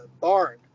barn